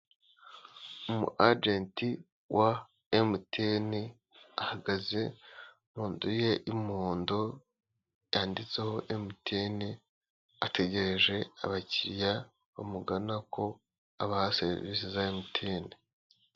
Umu ajenti wa MTN ahagaze mu nzu ye y'umuhondo yanditseho MTN ategereje abakiriya, bamugana ko abaha serivisi za MTN.